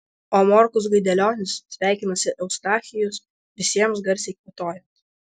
o morkus gaidelionis sveikinasi eustachijus visiems garsiai kvatojant